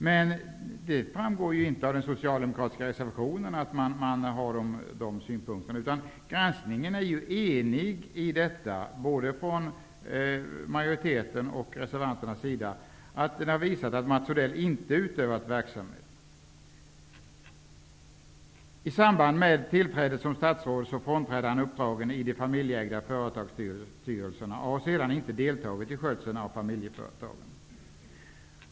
Men det framgår inte av den socialdemokratiska reservationen att man har dessa synpunkter. Granskningen har enligt ett enigt utskott visat att Mats Odell inte har utövat sådan verksamhet. Mats Odell uppdragen i de familjeägda företagens styrelser och har sedan inte deltagit i skötseln av familjeföretagen.